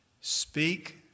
Speak